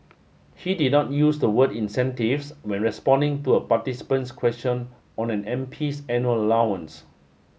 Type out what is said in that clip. he did not use the word incentives when responding to a participant's question on an MP's annual allowance